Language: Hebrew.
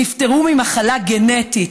נפטרו ממחלה גנטית.